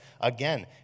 again